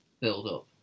build-up